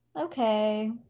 okay